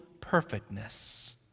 perfectness